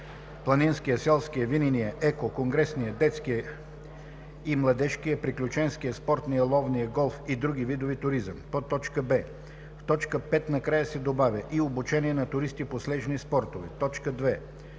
планинския, селския, винения, еко, конгресния, детския и младежкия, приключенския, спортния, ловния, голф и други видове туризъм;“. б) в т. 5 накрая се добавя „и обучение на туристи по снежни спортове“; 2.